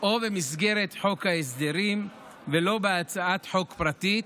או במסגרת חוק ההסדרים ולא בהצעת חוק פרטית,